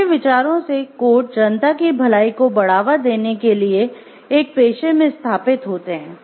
उनके विचारों से कोड जनता की भलाई को बढ़ावा देने के लिए पेशे मे स्थापित होते हैं